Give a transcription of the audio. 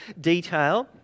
detail